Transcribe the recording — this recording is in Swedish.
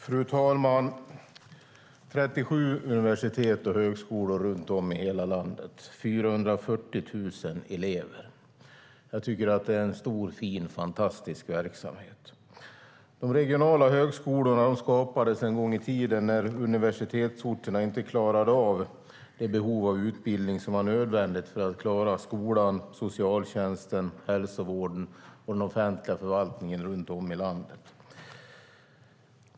Fru talman! 37 universitet och högskolor runt om i hela landet, 440 000 elever - jag tycker att det är en stor, fin och fantastisk verksamhet. De regionala högskolorna skapades en gång i tiden när universitetsorterna inte klarade av att ge den utbildning som var nödvändig för att klara skolan, socialtjänsten, hälsovården och den offentliga förvaltningen runt om i landet.